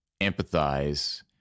empathize